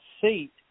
seat